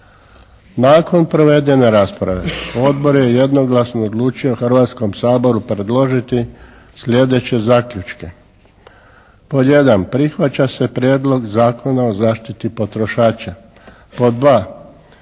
Nakon provedene rasprave Odbor je jednoglasno odlučio Hrvatskom saboru predložiti sljedeće zaključke. Pod jedan, prihvaća se Prijedlog zakona o zaštiti potrošača. Pod